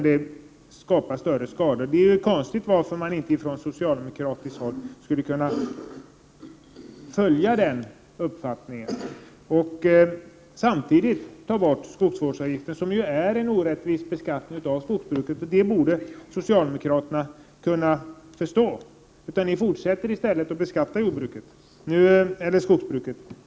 Det är konstigt att man inte från socialdemokratiskt håll kan ansluta sig till den uppfattningen och samtidigt ta bort skogsvårdsavgiften, som ju är en orättvis beskattning av skogsbruket. Det borde socialdemokraterna kunna förstå. I stället fortsätter de att beskatta skogsbruket.